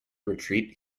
retreat